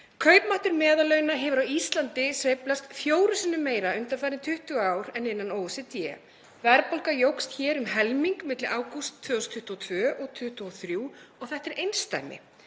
Kaupmáttur meðallauna hefur á Íslandi sveiflast fjórum sinnum meira undanfarin 20 ár en innan OECD. Verðbólga jókst hér um helming milli ágúst 2022 og 2023, og þetta er einsdæmi.